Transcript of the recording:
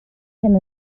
hyn